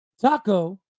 Taco